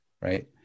right